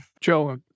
Joe